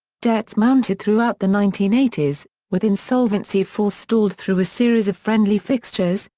debts mounted throughout the nineteen eighty s, with insolvency forestalled through a series of friendly fixtures,